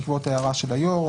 בעקבות הערה של היו"ר,